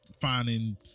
finding